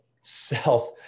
self